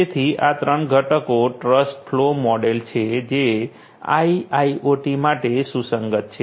તેથી આ 3 ઘટકો ટ્રસ્ટ ફ્લો મોડેલ છે જે આઇઆઇઓટી માટે સુસંગત છે